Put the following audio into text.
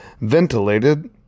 ventilated